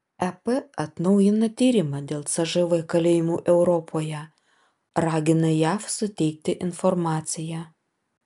ep atnaujina tyrimą dėl cžv kalėjimų europoje ragina jav suteikti informaciją